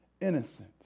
innocent